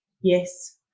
yes